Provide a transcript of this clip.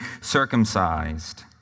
circumcised